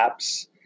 apps